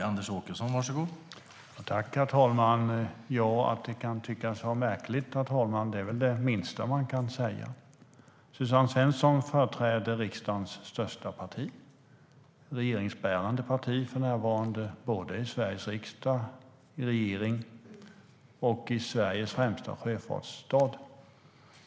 Herr talman! Att det kan tyckas vara märkligt är det minsta man kan säga. Suzanne Svensson företräder riksdagens största parti, som för närvarande är regeringsbärande. Det är det största partiet i Sveriges riksdag, i regeringen och i Sveriges främsta sjöfartsstad.